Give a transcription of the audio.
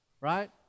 right